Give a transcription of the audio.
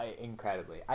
Incredibly